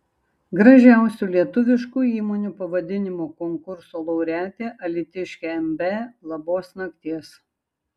gražiausių lietuviškų įmonių pavadinimų konkurso laureatė alytiškė mb labos nakties